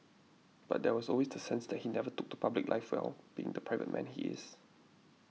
but there was always the sense that he never took to public life well being the private man he is